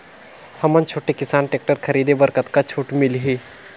हमन छोटे किसान टेक्टर खरीदे बर कतका छूट मिलही?